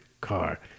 car